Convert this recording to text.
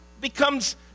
becomes